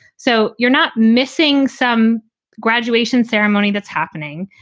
so you're not missing some graduation ceremony that's happening.